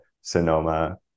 Sonoma